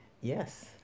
yes